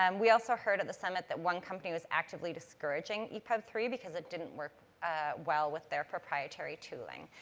um we also heard at the summit that one company was actively discouraging epub three because it didn't work well with their proprietary tooling.